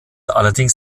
allerdings